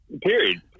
Period